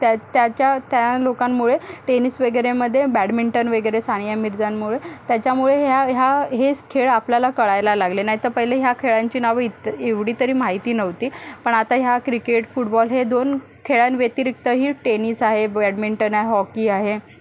त्या त्याच्या त्या लोकांमुळे टेनिस वगैरेमध्ये बॅडमिंटन वगैरे सानिया मिर्झांमुळे त्याच्यामुळे ह्या ह्या हे खेळ आपल्याला कळायला लागले नाहीतर पहिले या खेळांची नावं इत एवढी तरी माहिती नव्हती पण आता या क्रिकेट फुटबॉल हे दोन खेळांव्यतिरिक्तही टेनिस आहे बॅडमिंटन आहे हॉकी आहे